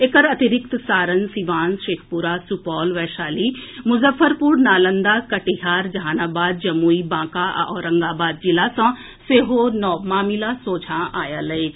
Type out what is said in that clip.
एकर अतिरिक्त सारण सीवान शेखपुरा सुपौल वैशाली मुजफ्फरपुर नालंदा कटिहार जहानाबाद जमुई बांका आ औरंगाबाद जिला सँ सेहो नव मामिला सोझा आएल अछि